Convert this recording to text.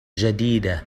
جديدة